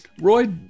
Roy